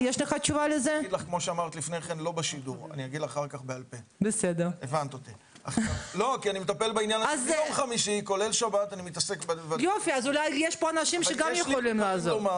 אני אשאר עד 11:20. השרה תישאר פה כמה שהיא תוכל.